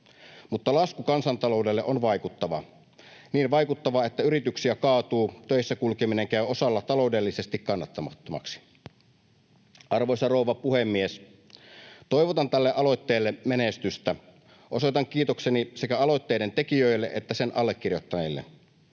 mutta lasku kansantaloudelle on vaikuttava — niin vaikuttava, että yrityksiä kaatuu, töissä kulkeminen käy osalla taloudellisesti kannattamattomaksi. Arvoisa rouva puhemies! Toivotan tälle aloitteelle menestystä. Osoitan kiitokseni sekä aloitteiden tekijöille että sen allekirjoittaneille.